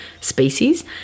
species